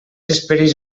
esperis